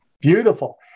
Beautiful